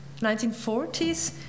1940s